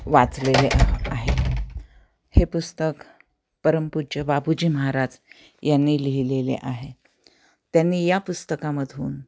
वाचलेले आहे हे पुस्तक परमपूज्ज बाबूजी महाराज यांनी लिहिलेले आहे त्यांनी या पुस्तकामधून